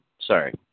sorry